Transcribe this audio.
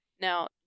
Now